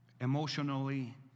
emotionally